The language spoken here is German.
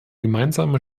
gemeinsame